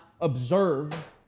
observe